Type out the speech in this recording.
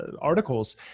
articles